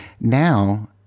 Now